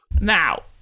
Now